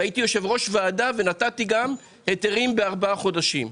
והייתי יושב-ראש ועדה ונתתי גם היתרים בארבעה חודשים.